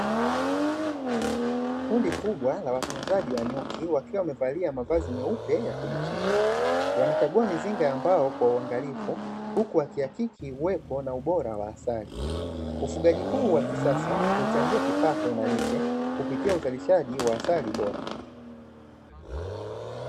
Kundi kubwa la watunzaji wa nyuki wakiwa wamevalia mavazi meupe ya kujikinga, wanakagua mizinga ya mbao kwa uangalifu huku akihakiki ubora wa asali. Ufugaji huu wa kisasa huchangia kipato na lishe kupitia uzalishaji wa asali bora.